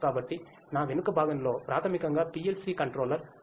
కాబట్టి నా వెనుక భాగంలో ప్రాథమికంగా PLC కంట్రోలర్ ఉంది